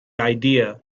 idea